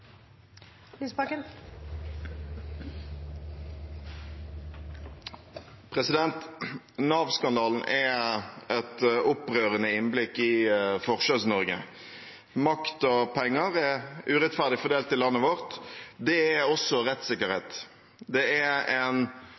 er et opprørende innblikk i Forskjells-Norge. Makt og penger er urettferdig fordelt i landet vårt. Det er også rettssikkerhet. Det er en